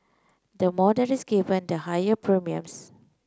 the more that is given the higher premiums